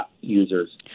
users